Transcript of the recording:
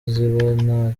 ziba